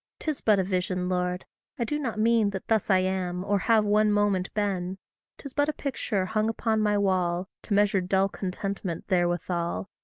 tis but a vision, lord i do not mean that thus i am, or have one moment been tis but a picture hung upon my wall, to measure dull contentment therewithal,